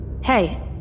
Hey